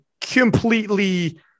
completely